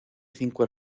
cinco